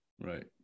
right